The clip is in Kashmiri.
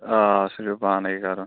آ سُہ چھُو پانٔے کَرُن